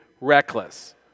reckless